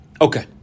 Okay